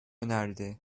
önerdi